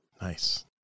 nice